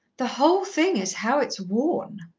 the whole thing is how it's worn.